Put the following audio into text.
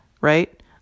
right